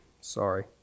Sorry